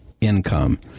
income